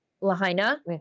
Lahaina